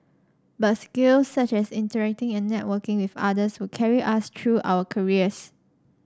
but skills such as interacting and networking with others will carry us through our careers